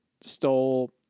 stole